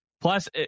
Plus